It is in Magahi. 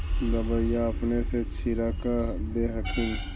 दबइया अपने से छीरक दे हखिन?